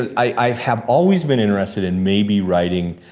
ah i've have always been interested in maybe writing